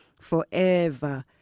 forever